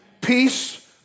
Peace